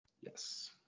Yes